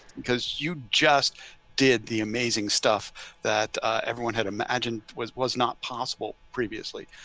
because you just did the amazing stuff that everyone had imagined was was not possible previously.